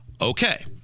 Okay